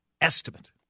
estimate